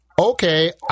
okay